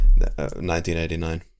1989